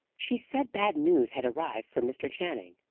she said bad news had arrived for mr. channing.